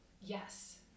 yes